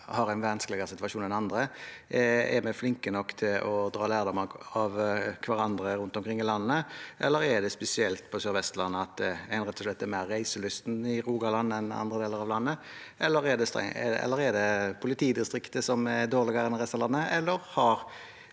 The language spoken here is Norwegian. har en vanskeligere situasjon enn andre. Er vi flinke nok til å dra lærdom av hverandre rundt omkring i landet? Er det noe spesielt på Sør-Vestlandet? Er en rett og slett mer reiselysten i Rogaland enn i andre deler av landet? Er det politidistriktet som er dårligere enn i resten av landet,